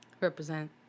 Represent